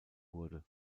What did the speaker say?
wurde